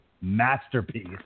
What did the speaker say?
masterpiece